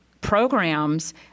programs